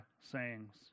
sayings